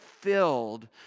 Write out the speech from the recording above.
filled